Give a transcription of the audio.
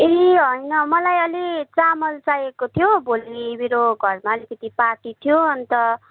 ए होइन मलाई अलि चामल चाहिएको थियो भोलि मेरो घरमा अलिकति पार्टी थियो अन्त